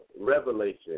revelation